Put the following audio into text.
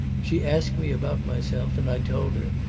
she asked me about myself, and i told her.